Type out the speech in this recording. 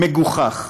מגוחך.